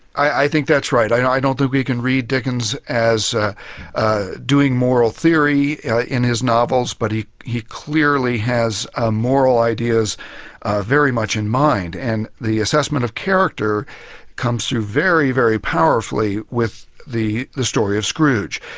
i think that's right. i don't think we can read dickens as ah ah doing moral theory in his novels, but he he clearly has ah moral ideas very much in mind. and the assessment of character comes through very, very powerfully with the the story of scrooge.